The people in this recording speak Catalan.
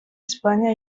espanya